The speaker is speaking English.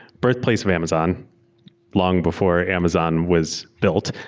birthplace of amazon long before amazon was built.